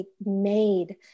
made